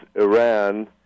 Iran